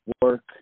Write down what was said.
work